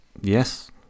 Yes